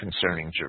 concerning